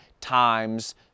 times